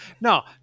No